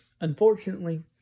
Unfortunately